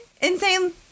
insane